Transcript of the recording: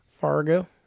Fargo